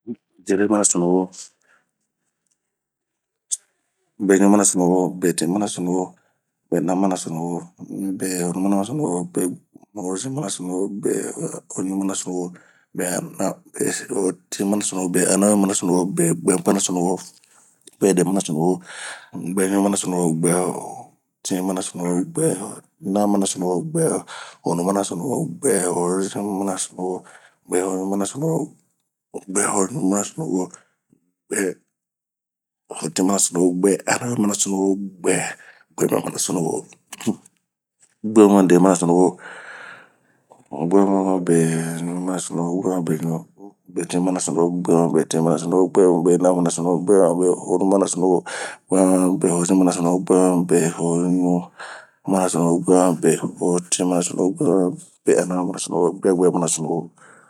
De'eremanasunuwo, beɲumanasunuwo, betinmanasunuwo, benamanasunuwo, behonumanasunuwo, behozinmanasunuwo, behoɲumanasunuwo, behotinmanasunuwo, beanawemanasunuwo, beguɛmanasunuwo, guɛdemanasunuwo, guɛɲumanasunuwo, guɛtinmanasunuwo, guɛnamanasunuwo, guɛhonumanasunuwo, guɛhozinmanasunuwo, guɛhoɲumanasunuwo, guɛhotinmanasunuwo, guɛanawemanasunuwo, guemɛmanasunuwo, eeh guemɛmade'eremanasunuwo, guemɛmabeɲumanasunuwo, guemɛmabetinmanasunuwo, guemɛmabenamanasunuwo, guemɛmabehonumanasunuwo, guemɛmabehozinmanasunuwo guemɛ mabehoɲumanasunuwo, guemɛ mabehotinmanasunuwo, guemɛ mabe anawe mana sunuwo, buyaguɛ mana sunuwo